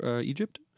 Egypt